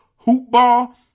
HOOPBALL